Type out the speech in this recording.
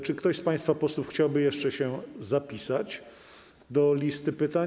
Czy ktoś z państwa posłów chciałby jeszcze się zapisać na liście pytań?